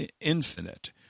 Infinite